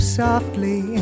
softly